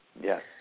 Yes